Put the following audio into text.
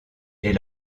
est